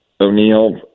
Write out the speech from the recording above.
O'Neill